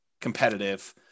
competitive